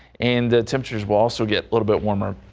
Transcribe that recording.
and the temperatures will also get a little bit warmer,